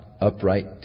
upright